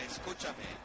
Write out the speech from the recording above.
Escúchame